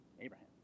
Abraham